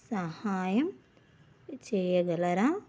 సహాయం చేయగలరా